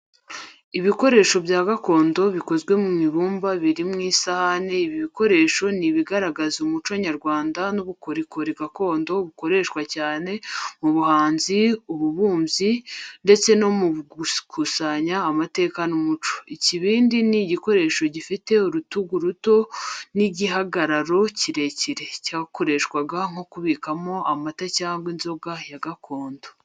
Ibikoresho bya gakondo bikozwe mu ibumba biri ku isahani ibi bikoresho ni ibigaragaza umuco nyarwanda n’ubukorikori gakondo bukoreshwa cyane mu buhanzi, ububumbyi, ndetse no mu gukusanya amateka n’umuco. Icyibindi ni igikoresho gifite urutugu ruto n'igihagararo kirekire cyakoreshwaga nko kubikamo amata cyangwa inzoga ya gakondo.